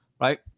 Right